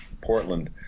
Portland